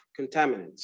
contaminants